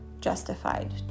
justified